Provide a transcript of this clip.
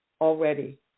already